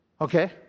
okay